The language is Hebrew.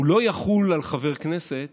הוא לא יחול על חבר כנסת